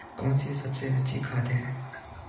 कौन सी सबसे अच्छी खाद है?